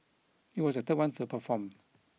he was the third one to perform